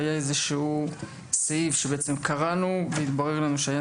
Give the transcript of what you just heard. היה איזה שהוא סעיף שקראנו והתברר לנו שהיה